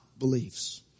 beliefs